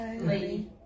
lady